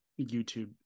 YouTube